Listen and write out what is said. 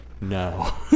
No